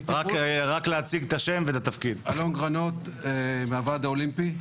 אלון גרנות מהוועד האולימפי.